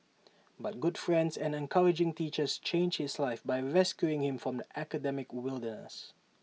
but good friends and encouraging teachers changed his life by rescuing him from the academic wilderness